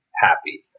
happy